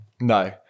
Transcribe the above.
No